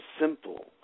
simple